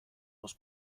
aus